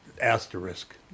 asterisk